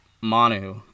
Manu